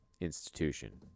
institution